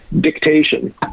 dictation